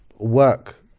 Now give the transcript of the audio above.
work